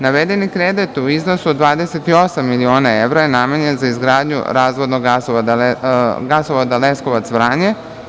Navedeni kredit u iznosu od 28 miliona evra namenjen je za izgradnju razvodnog gasovoda Leskovac-Vranje.